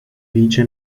vige